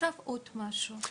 עכשיו משהו נוסף.